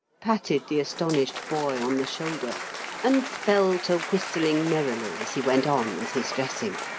patted the astonished boy on the shoulder and fell to whistling merrily as he went on with his dressing.